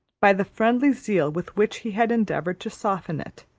by the friendly zeal with which he had endeavoured to soften it,